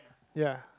ya